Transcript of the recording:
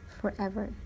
forever